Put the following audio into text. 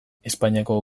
espainiako